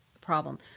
problem